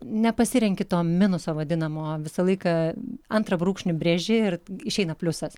nepasirenki to minuso vadinamo visą laiką antrą brūkšnį brėži ir išeina pliusas